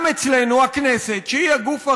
גם אצלנו, הכנסת, שהיא הגוף הריבון,